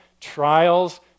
trials